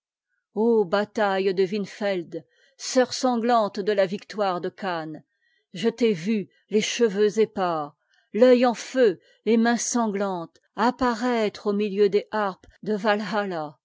bataitte de winfeid sœur sanglante de a victoire de cannes je t'ai vue tes cheveux épars t'œit en feu les'mains sanglantes apparaître au miiieu des harpes de